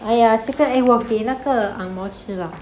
!aiya! 这个 eh 我给那个 ang mo 吃 lah